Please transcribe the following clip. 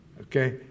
Okay